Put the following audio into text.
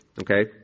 Okay